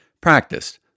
practiced